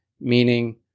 meaning